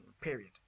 period